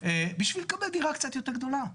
בשביל לקבל דירה קצת יותר גדולה.